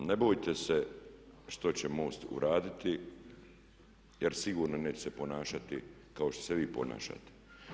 Ne bojte se što će MOST uraditi jer sigurno neće se ponašati kao što se vi ponašate.